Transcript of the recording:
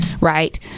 right